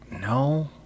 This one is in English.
No